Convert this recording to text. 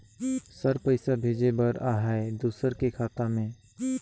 Sir पइसा भेजे बर आहाय दुसर के खाता मे?